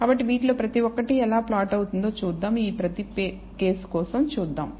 కాబట్టి వీటిలో ప్రతి ఒక్కటి ఎలా ప్లాట్ అవుతుందో చూద్దాం ఈ ప్రతి కేసు కోసం చూద్దాం